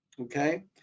okay